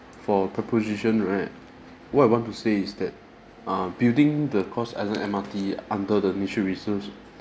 for preposition right what I want to want to say is that err building the cross island M_R_T under the nature reserves